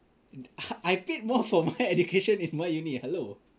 I paid more for my education in my uni hello